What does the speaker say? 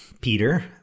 Peter